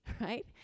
right